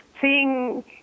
seeing